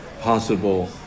possible